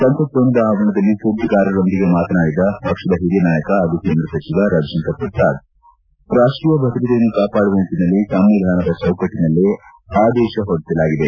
ಸಂಸತ್ ಭವನದ ಆವರಣದಲ್ಲಿ ಸುದ್ದಿಗಾರರೊಂದಿಗೆ ಮಾತನಾಡಿದ ಪಕ್ಷದ ಹಿರಿಯ ನಾಯಕ ಹಾಗೂ ಕೇಂದ್ರ ಸಚಿವ ರವಿಶಂಕರ್ ಪ್ರಸಾದ್ ರಾಷ್ಟೀಯ ಭದ್ರತೆಯನ್ನು ಕಾಪಾಡುವ ನಿಟ್ಟನಲ್ಲಿ ಸಂವಿಧಾನದ ಚೌಕಟ್ಟನಲ್ಲೇ ಆದೇತ ಹೊರಡಿಸಲಾಗಿದೆ